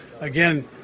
Again